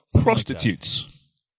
Prostitutes